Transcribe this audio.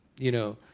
you know,